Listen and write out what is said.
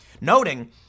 Noting